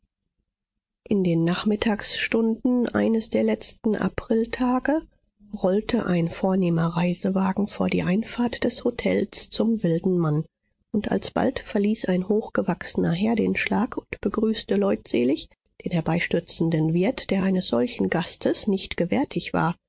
in den nachmittagsstunden eines der letzten apriltage rollte ein vornehmer reisewagen vor die einfahrt des hotels zum wilden mann und alsbald verließ ein hochgewachsener herr den schlag und begrüßte leutselig den herbeistürzenden wirt der eines solchen gastes nicht gewärtig war